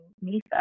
Nisa